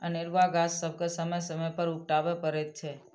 अनेरूआ गाछ सभके समय समय पर उपटाबय पड़ैत छै